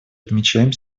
отмечаем